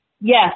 Yes